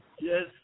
Yes